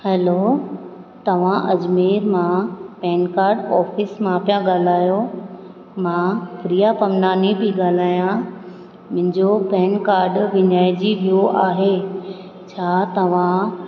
hello तव्हां अजमेर मां PAN card office मां पिया ॻाल्हायो मां प्रिया पमनानी पई ॻाल्हायां मुंहिंजो पैन कार्ड विञाइजी वियो आहे छा तव्हां